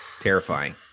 terrifying